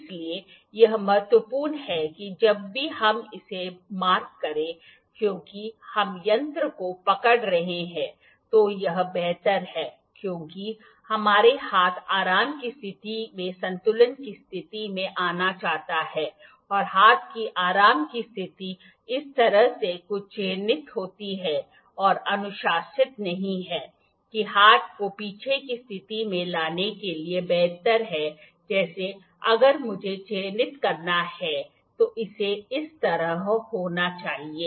इसलिए यह महत्वपूर्ण है कि जब भी हम इसे चिह्नित करें क्योंकि हम यंत्र को पकड़ रहे हैं तो यह बेहतर है क्योंकि हमारा हाथ आराम की स्थिति में संतुलन की स्थिति में आना चाहता है और हाथ की आराम की स्थिति इस तरह से कुछ चिह्नित होती है और अनुशंसित नहीं है कि हाथ को पीछे की स्थिति में लाने के लिए बेहतर है जैसे अगर मुझे चिह्नित करना है तो इसे इस तरह होना चाहिए